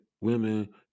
women